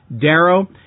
Darrow